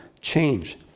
change